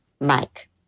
mike